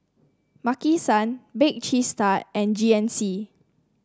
Maki San Bake Cheese Tart and G N C